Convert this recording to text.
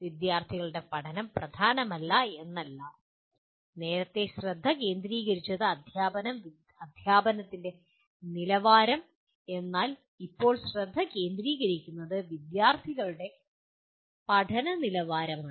വിദ്യാർത്ഥികളുടെ പഠനം പ്രധാനമല്ല എന്നല്ല നേരത്തെ ശ്രദ്ധ കേന്ദ്രീകരിച്ചത് അദ്ധ്യാപനം അദ്ധ്യാപനത്തിന്റെ നിലവാരം എന്നാൽ ഇപ്പോൾ ശ്രദ്ധ കേന്ദ്രീകരിക്കുന്നത് വിദ്യാർത്ഥികളുടെ പഠന നിലവാരമാണ്